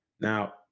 now